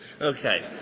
Okay